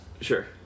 Sure